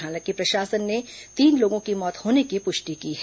हालांकि प्रशासन ने तीन लोगों की मौत होने की पुष्टि की है